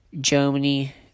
Germany